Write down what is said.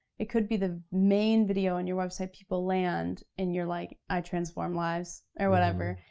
it could be the main video on your website. people land, and you're like, i transform lives, or whatever,